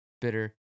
bitter